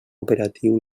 operatiu